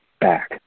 back